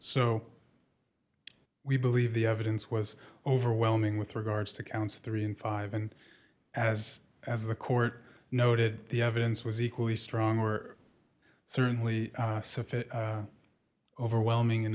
so we believe the evidence was overwhelming with regards to counts three and five and as as the court noted the evidence was equally strong were certainly overwhelming in